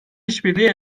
işbirliği